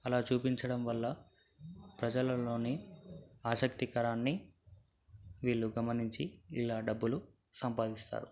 అలా చూపించడం వల్ల ప్రజలలోని ఆసక్తికరాన్ని వీళ్ళు గమనించి ఇలా డబ్బులు సంపాదిస్తారు